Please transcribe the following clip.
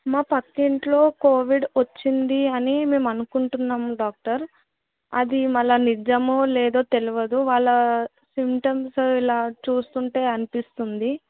మా పక్క ఇంట్లో కోవిడ్ వచ్చింది అని మేము అనుకుంటున్నాం డాక్టర్ అది మళ్ళా నిజమో లేదో తెలియదు వాళ్ళ సింటమ్స్ ఇలా చూస్తుంటే అనిపిస్తుంది